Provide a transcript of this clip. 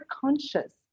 conscious